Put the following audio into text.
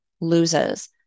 loses